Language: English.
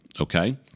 Okay